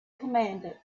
commander